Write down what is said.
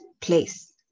place